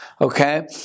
Okay